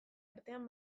artean